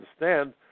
understand